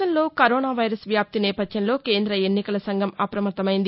దేశంలో corona virus వ్యాప్తి నేపథ్యంలో కేంద్ర ఎన్నికల సంఘం అపమత్తమైంది